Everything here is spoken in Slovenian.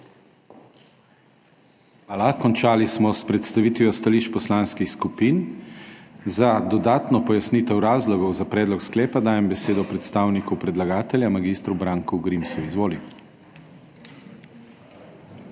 Hvala. Končali smo s predstavitvijo stališč poslanskih skupin. Za dodatno pojasnitev razlogov za predlog sklepa dajem besedo predstavniku predlagatelja mag. Branku Grimsu. Izvoli. Pet